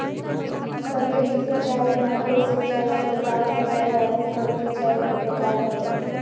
सतही सिंचाई, माइक्रो सिंचाई, छिड़काव सिंचाई आदि सब सिंचाई के प्रकार हय